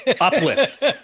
uplift